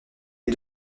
les